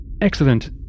Excellent